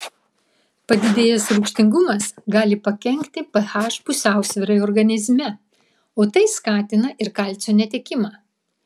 padidėjęs rūgštingumas gali pakenkti ph pusiausvyrai organizme o tai skatina ir kalcio netekimą